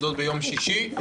שעובדות שישה ימים?